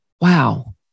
Wow